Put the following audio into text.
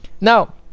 Now